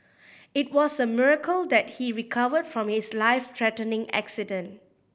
it was a miracle that he recovered from his life threatening accident